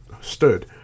stood